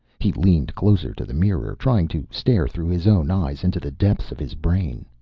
he leaned closer to the mirror, trying to stare through his own eyes into the depths of his brain.